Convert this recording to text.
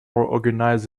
organise